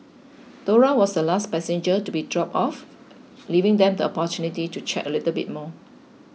Dora was the last passenger to be dropped off leaving them the opportunity to chat a little bit more